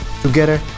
Together